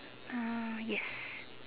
uh yes